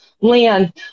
land